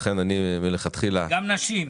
לכן אני מלכתחילה --- גם נשים.